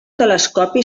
telescopi